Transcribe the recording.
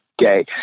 gay